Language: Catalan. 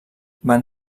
van